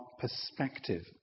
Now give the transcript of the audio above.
perspective